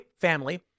family